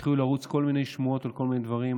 התחילו לרוץ כל מיני שמועות על כל מיני דברים.